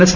S